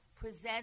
present